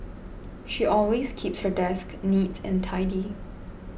she always keeps her desk neat and tidy